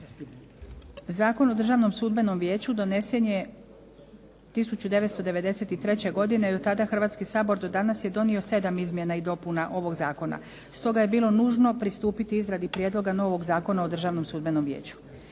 Zakon o Državnom sudbenom vijeću donesen je 1993. godine i od tada Hrvatski sabor do danas je donio 7 izmjena i dopuna ovoga Zakona, stoga je bilo nužno pristupiti izradi Prijedloga novog Zakona o Državnom sudbenom vijeću.